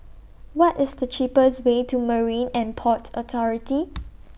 What IS The cheapest Way to Marine and Port Authority